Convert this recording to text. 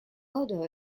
odo